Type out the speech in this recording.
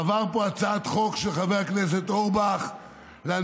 עברה פה הצעת חוק של חבר הכנסת אורבך להנצחת